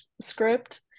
script